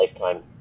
lifetime